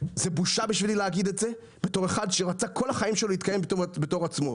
זו בושה בשבילי להגיד את זה בתור אחד שכל החיים שלו התקיים בתור עצמו.